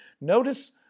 Notice